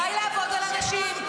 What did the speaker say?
-- די לעבוד על אנשים.